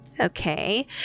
Okay